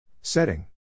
Setting